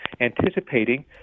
anticipating